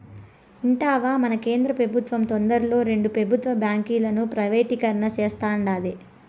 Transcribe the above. ఇంటివా, మన కేంద్ర పెబుత్వం తొందరలో రెండు పెబుత్వ బాంకీలను ప్రైవేటీకరణ సేస్తాండాది